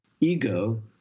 ego